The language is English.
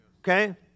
Okay